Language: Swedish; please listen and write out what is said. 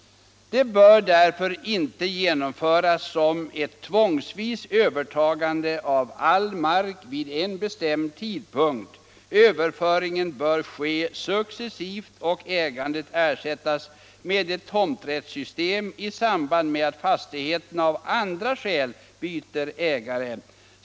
Det bör därför inte genomföras som ett tvångsvis övertagande av all mark vid en bestämd tidpunkt; överföringen bör ske successivt och ägandet ersättas med ett tomträttssystem i samband med att fastigheterna av andra skäl byter ägare.